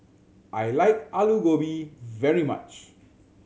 I like Aloo Gobi very much